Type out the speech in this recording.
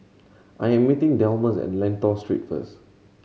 I am meeting Delmus at Lentor Street first